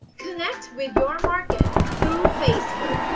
connect with your market through facebook.